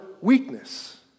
weakness